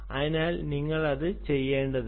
അതിനാൽ നിങ്ങൾ അത് ചെയ്യേണ്ടതില്ല